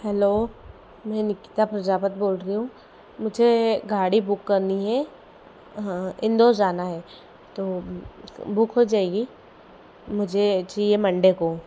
hello मैं निकिता प्रजापत बोल रही हूँ मुझे गाड़ी बुक करनी है इंदौर जाना है तो बुक हो जाएगी मुझे चाहिए मंडे को